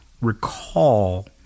recall